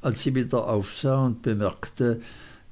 als sie wieder aufsah und bemerkte